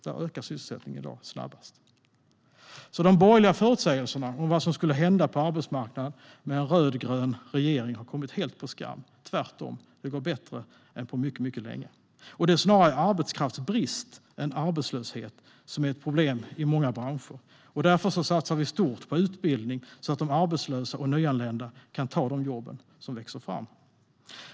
Där ökar sysselsättningen snabbast i dag. De borgerliga förutsägelserna om vad som skulle hända på arbetsmarknaden med en rödgrön regering har alltså kommit helt på skam. Tvärtom går det bättre än på mycket länge, och det är snarare arbetskraftsbrist än arbetslöshet som är ett problem i många branscher. Därför satsar vi stort på utbildning så att arbetslösa och nyanlända kan ta de jobb som växer fram.